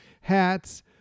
hats